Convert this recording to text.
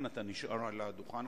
אתה נשאר על הדוכן.